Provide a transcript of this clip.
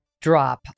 drop